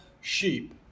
sheep